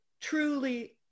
truly